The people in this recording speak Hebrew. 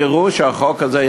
יראו שהחוק הזה,